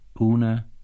Una